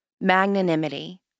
magnanimity